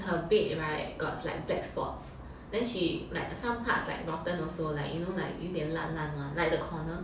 her bed [right] got like black spots then she like some parts like rotten also like you know like 有一点烂烂 [one] like the corner